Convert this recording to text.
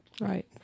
Right